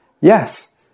Yes